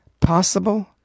possible